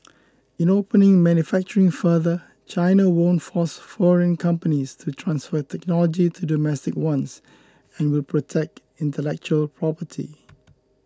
in opening manufacturing further China won't force foreign companies to transfer technology to domestic ones and will protect intellectual property